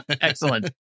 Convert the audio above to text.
Excellent